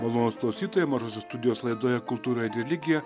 malonūs klausytojai mažosios studijos laidoje kultūra ir religija